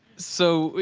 so,